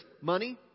money